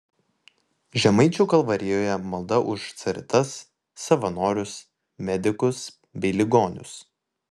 žemaičių kalvarijoje malda už caritas savanorius medikus bei ligonius